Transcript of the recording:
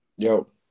Yo